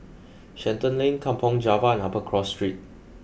Shenton Lane Kampong Java and Upper Cross Street